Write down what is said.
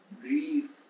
grief